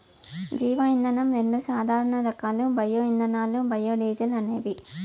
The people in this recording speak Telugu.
జీవ ఇంధనం రెండు సాధారణ రకాలు బయో ఇథనాల్, బయోడీజల్ అనేవి